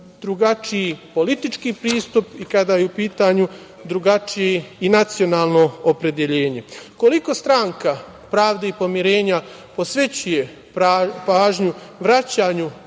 drugačiji politički pristup i kada je u pitanju drugačije nacionalno opredeljenje. Koliko Stranka pravde i pomirenja posvećuje pažnju vraćanju